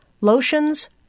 lotions